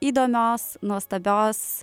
įdomios nuostabios